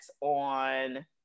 on